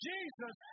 Jesus